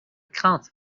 crainte